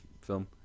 film